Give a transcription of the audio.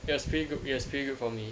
it was pretty good it was pretty good for me